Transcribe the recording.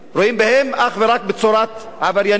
רואים בהם אך ורק צורת עבריינים,